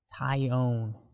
Tyone